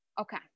Okay